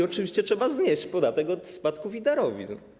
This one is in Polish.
Oczywiście trzeba znieść podatek od spadków i darowizn.